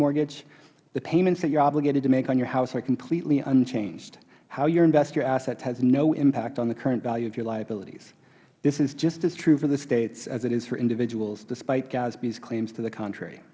mortgage the payments that you are obligated to make on your house are completely unchanged how you invest your assets has no impact on the current value of your liabilities this is just as true for the states as it is for individuals despite gasbs claims to the contrary